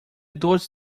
idosa